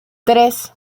tres